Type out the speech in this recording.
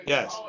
Yes